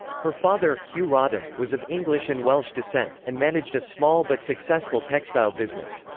her father, hugh rodham, was of english and welsh descent, and managed a small but successful textile business.